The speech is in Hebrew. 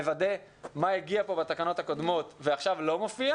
צריך לוודא מה הגיע בתקנות הקודמות וכעת לא מופיע